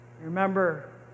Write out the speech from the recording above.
Remember